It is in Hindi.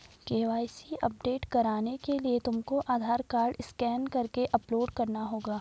के.वाई.सी अपडेट करने के लिए तुमको आधार कार्ड स्कैन करके अपलोड करना होगा